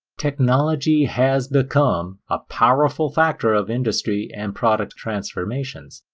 technology has become a powerful factor of industry and product transformations,